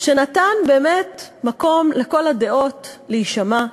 שנתן באמת מקום לכל הדעות להישמע,